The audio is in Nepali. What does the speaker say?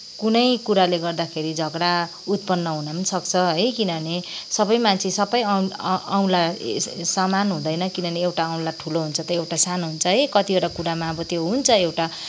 कुनै कुराले गर्दाखेरि झगडा उत्पन्न हुन पनि सक्छ है किनभने सबै मान्छे सबै औँला समान हुँदैन किनभने एउटा औँला ठुलो हुन्छ त एउटा सानो हुन्छ है कतिवटा कुरामा त्यो हुन्छ एउटा